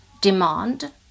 demand